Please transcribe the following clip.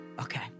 Okay